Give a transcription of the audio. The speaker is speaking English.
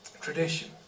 tradition